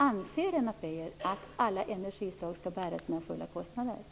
Anser Lennart Beijer att alla energislag skall bära sina fulla kostnader?